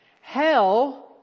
hell